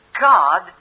God